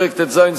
פרק ט"ז,